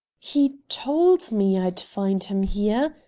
he told me i'd find him here,